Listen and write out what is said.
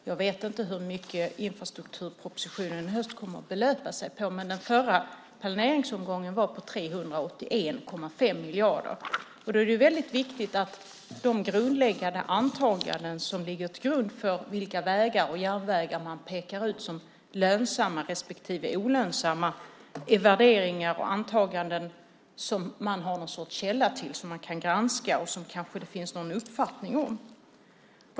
Jag vet inte hur mycket infrastrukturpropositionen i höst kommer att belöpa sig på, men den förra planeringsomgången var på 381,5 miljarder. Då är det väldigt viktigt att de grundläggande antaganden som ligger till grund för vilka vägar och järnvägar man pekar ut som lönsamma respektive olönsamma är värderingar och antaganden som man har någon sorts källa till, som man kan granska och som det kanske finns någon uppfattning om.